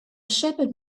shepherd